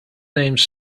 names